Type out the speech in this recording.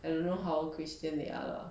I don't know how christian they are lah